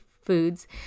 foods